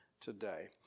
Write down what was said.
today